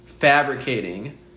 fabricating